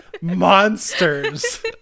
monsters